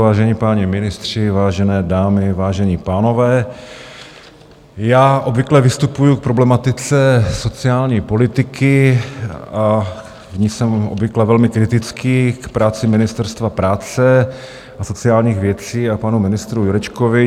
Vážení páni ministři, vážené dámy, vážení pánové, já obvykle vystupuji k problematice sociální politiky a v ní jsem obvykle velmi kritický i k práci Ministerstva práce a sociálních věcí a panu ministru Jurečkovi.